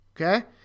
Okay